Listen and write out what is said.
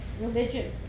religion